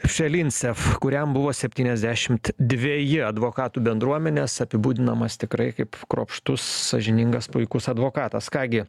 felinsef kuriam buvo septyniasdešimt dveji advokatų bendruomenės apibūdinamas tikrai kaip kruopštus sąžiningas puikus advokatas ką gi